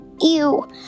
Ew